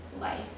life